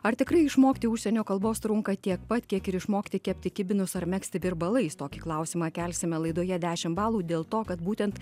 ar tikrai išmokti užsienio kalbos trunka tiek pat kiek ir išmokti kepti kibinus ar megzti virbalais tokį klausimą kelsime laidoje dešim balų dėl to kad būtent